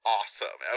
awesome